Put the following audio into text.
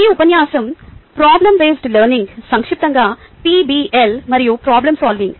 ఈ ఉపన్యాసం problem based learning సంక్షిప్తంగా పిబిఎల్ మరియు ప్రాబ్లమ్ సాల్వింగ్